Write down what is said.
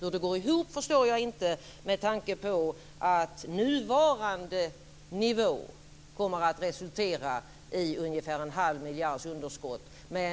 Hur det går ihop förstår jag inte, med tanke på att nuvarande nivå kommer att resultera i ungefär 1⁄2 miljards underskott.